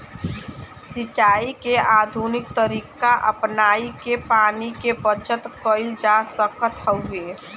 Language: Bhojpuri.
सिंचाई के आधुनिक तरीका अपनाई के पानी के बचत कईल जा सकत हवे